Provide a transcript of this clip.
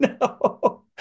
No